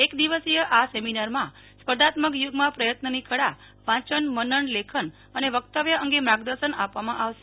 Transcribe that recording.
એક દિવસીય આ સેમિનારમાં સ્પર્ધાત્મક યુગમાં પ્રત્યયનની કળા વાંચન મનન લેખન અને વક્તવ્ય અંગે માર્ગદર્શન આપવામાં આવશે